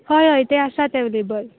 हय हय तें आसात ऍवेल्हेबल